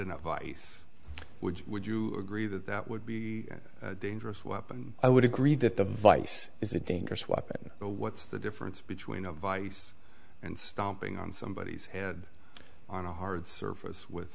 you would you agree that that would be a dangerous weapon i would agree that the vice is a dangerous weapon what's the difference between a vice and stomping on somebody's head on a hard surface with